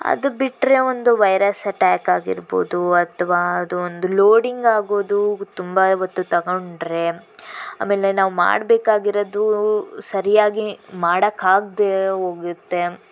ಅದು ಬಿಟ್ರೆ ಒಂದು ವೈರಸ್ ಅಟ್ಯಾಕ್ ಆಗಿರ್ಬೋದು ಅಥವಾ ಅದು ಒಂದು ಲೋಡಿಂಗ್ ಆಗೋದು ತುಂಬ ಹೊತ್ತು ತಗೊಂಡ್ರೆ ಅಮೇಲೆ ನಾವು ಮಾಡ್ಬೇಕಾಗಿರೊದು ಸರಿಯಾಗಿ ಮಾಡೋಕ್ಕೆ ಆಗದೇ ಹೋಗುತ್ತೆ